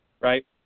right